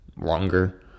longer